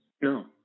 No